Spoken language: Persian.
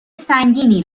سنگینی